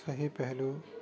صحیح پہلو